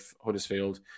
Huddersfield